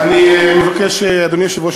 אדוני היושב-ראש,